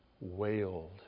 wailed